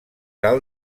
alt